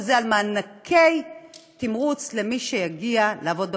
וזה על מענקי תמרוץ למי שיגיע לעבוד בפריפריה,